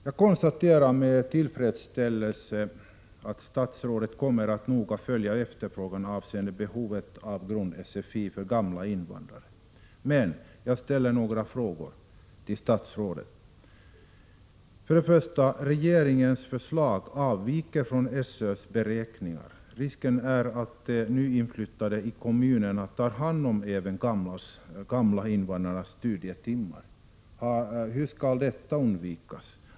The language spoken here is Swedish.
Jag konstaterar med tillfredsställelse att statsrådet kommer att noga följa hur stort behovet blir av grund-SFI för ”gamla” invandrare, men jag vill ändå ställa ett par frågor till statsrådet. Regeringens förslag avviker från SÖ:s beräkningar. Risken är att nyinflyttade i kommunerna får ta i anspråk de studietimmar som skulle ha tilldelats de ”gamla” invandrarna.